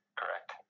correct